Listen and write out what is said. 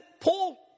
Paul